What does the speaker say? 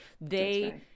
they-